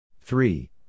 three